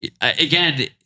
again